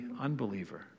unbeliever